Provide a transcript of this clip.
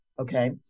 Okay